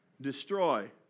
destroy